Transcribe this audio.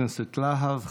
תודה רבה, חבר הכנסת להב.